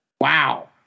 wow